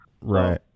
Right